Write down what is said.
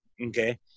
okay